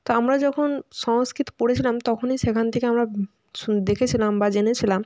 তো আমরা যখন সংস্কৃত পড়েছিলাম তখনই সেখান থেকে আমরা দেখেছিলাম বা জেনেছিলাম